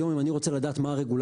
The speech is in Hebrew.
היום אם אני רוצה לדעת מה הרגולציה